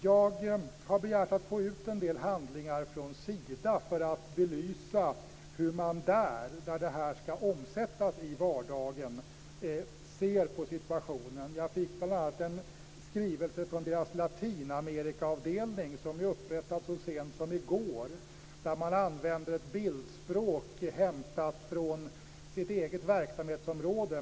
Jag har begärt att få ut en del handlingar från Sida, för att belysa hur man där ser på situationen. Det är ju Sida som skall omsätta regeringens beslut i vardagen. Jag fick bl.a. en skrivelse från Latinamerikaavdelningen som är upprättad så sent som i går. Där används ett bildspråk hämtat från det egna verksamhetsområdet.